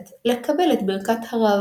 השולחן מכוסה במפה לבנה,